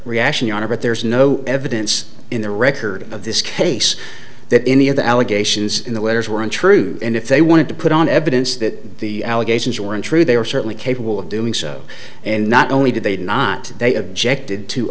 reaction your honor but there's no evidence in the record of this case that any of the allegations in the letters were untrue and if they wanted to put on evidence that the allegations were untrue they were certainly capable of doing so and not only did they not they objected to